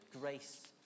Grace